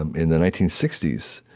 um in the nineteen sixty s.